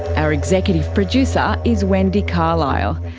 our executive producer is wendy carlisle.